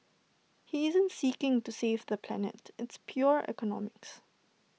he isn't seeking to save the planet it's pure economics